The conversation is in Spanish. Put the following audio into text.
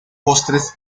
postres